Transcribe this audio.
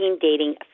Dating